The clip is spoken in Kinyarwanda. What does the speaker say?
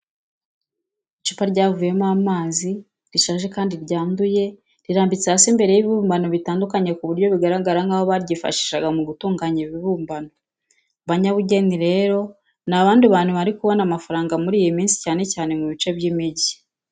Icupa ryavuyemo amazi, rishaje kandi ryanduye rirambitse hasi imbere y'ibibumbano bitandukanye ku buryo bigaragara nk'aho baryifashishaga mu gutunganya ibibumbano. Abanyabugeni rero ni abandi bantu bari kubona amafaranga muri iyi minsi cyane cyane mu bice by'imigi.